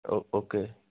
oh okay